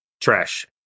Trash